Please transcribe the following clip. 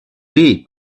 read